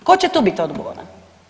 Tko će tu bit odgovoran?